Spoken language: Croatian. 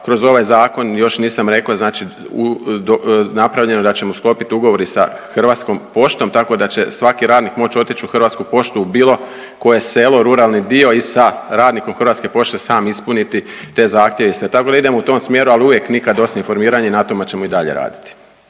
kroz ovaj Zakon, još nisam rekao, znači napravljeno je da ćemo sklopiti ugovor i sa Hrvatskom poštom tako da će svaki radnim moći otići u Hrvatsku poštu u bilo koje selo, ruralni dio i sa radnikom HP-a sam ispuniti te zahtjevnice. Tako da idemo u tom smjeru, ali uvijek nikad dosta informiranja i na tome ćemo i dalje raditi.